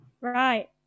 right